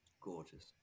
gorgeous